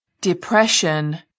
Depression